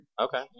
Okay